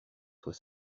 soit